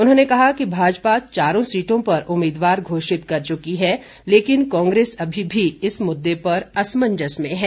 उन्होंने कहा कि भाजपा चारों सीटों पर उम्मीदवार घोषित कर चुकी है लेकिन कांग्रेस अभी भी इस मुद्दे पर असमंजस में है